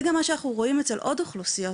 זה מה שאנחנו רואים אצל עוד אוכלוסיות,